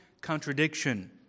contradiction